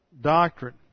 doctrine